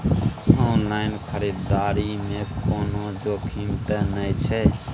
Online खरीददारी में कोनो जोखिम त नय छै?